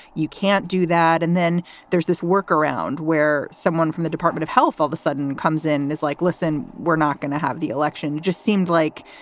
you can't do that. and then there's this work around where someone from the department of health all of a sudden comes in and is like, listen, we're not going to have the election. just seemed like,